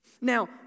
Now